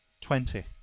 twenty